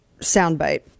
soundbite